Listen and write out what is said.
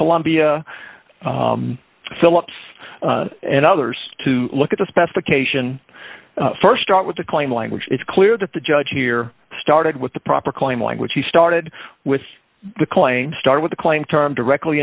columbia philips and others to look at the specification st start with a clean language it's clear that the judge here started with the proper claim language he started with the claim start with the claim time directly